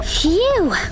Phew